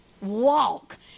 walk